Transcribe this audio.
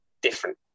different